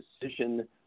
decision